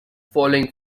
following